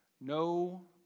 No